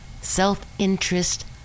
self-interest